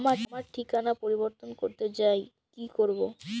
আমার ঠিকানা পরিবর্তন করতে চাই কী করব?